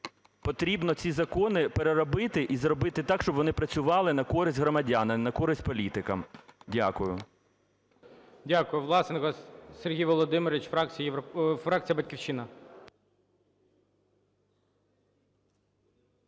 Потрібно ці закони переробити і зробити так, щоб вони працювали на користь громадян, а не на користь політикам. Дякую. ГОЛОВУЮЧИЙ. Дякую. Власенко Сергій Володимирович, фракція "Батьківщина".